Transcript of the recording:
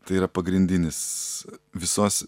tai yra pagrindinis visos